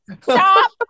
stop